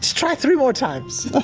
try three more times.